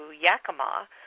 Yakima